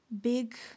Big